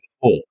four